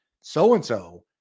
So-and-so